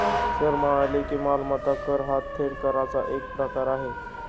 sir म्हणाले की, मालमत्ता कर हा थेट कराचा एक प्रकार आहे